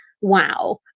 wow